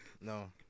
No